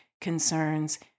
concerns